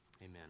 Amen